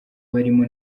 barimo